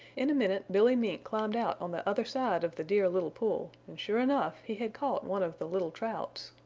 in a minute billy mink climbed out on the other side of the dear little pool and sure enough, he had caught one of the little trouts.